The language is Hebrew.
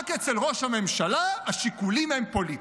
רק אצל ראש הממשלה השיקולים הם פוליטיים.